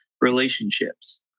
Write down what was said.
relationships